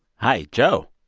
hi. joe?